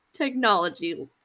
technology